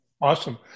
Awesome